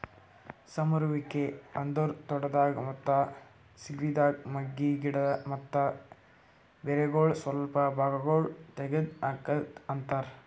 ಸಮರುವಿಕೆ ಅಂದುರ್ ತೋಟದಾಗ್, ಮತ್ತ ಸಿಲ್ವಿದಾಗ್ ಮಗ್ಗಿ, ಗಿಡ ಮತ್ತ ಬೇರಗೊಳ್ ಸ್ವಲ್ಪ ಭಾಗಗೊಳ್ ತೆಗದ್ ಹಾಕದ್ ಅಂತರ್